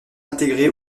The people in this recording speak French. intégré